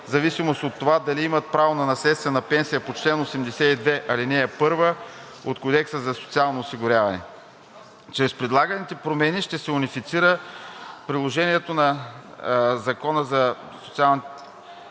в зависимост от това дали имат право на наследствена пенсия по чл. 82, ал. 1 от Кодекса за социално осигуряване. Чрез предлаганите промени ще се унифицира приложението на Закона за семейните